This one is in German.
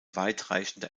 weitreichende